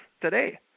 today